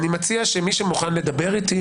אני מציע שמי שמוכן לדבר איתי,